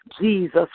Jesus